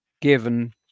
given